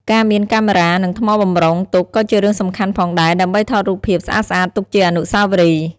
ការមាន កាមេរ៉ា និងថ្មបម្រុងទុកក៏ជារឿងសំខាន់ផងដែរដើម្បីថតរូបភាពស្អាតៗទុកជាអនុស្សាវរីយ៍។